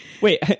Wait